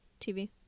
TV